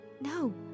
No